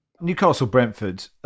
Newcastle-Brentford